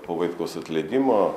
po vaitkaus atleidimo